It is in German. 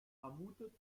vermutet